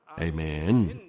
Amen